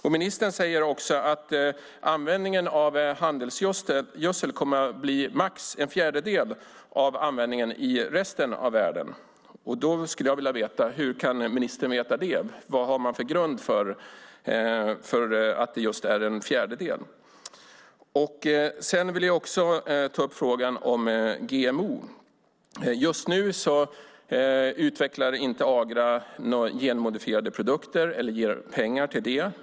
Ministern säger också att användningen av handelsgödsel kommer att bli maximalt en fjärdedel av användningen i resten av världen. Hur kan ministern veta det? Vad har man för grund för att det just är en fjärdedel? Jag vill också ta upp frågan om GMO. Just nu utvecklar inte Agra några genmodifierade produkter eller ger pengar till det.